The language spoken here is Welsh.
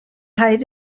rhaid